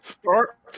start